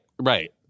Right